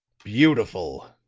beautiful!